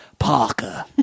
Parker